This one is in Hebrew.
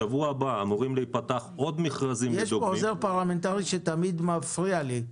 בשבוע הבא אמורים להיפתח עוד מכרזים ואני מעודד